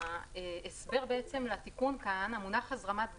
ההסבר לתיקון כאן: המונח "הזרמת גז"